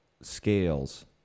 scales